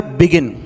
begin